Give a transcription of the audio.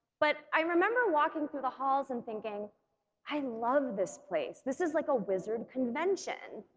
but i remember walking through the halls and thinking i love this place. this is like a wizard convention